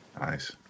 Nice